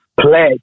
pledge